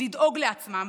לדאוג לעצמם,